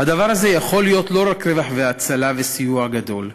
הדבר הזה יכול להיות לא רק רווח והצלה וסיוע גדול,